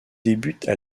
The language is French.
débutent